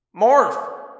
Morph